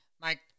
Mike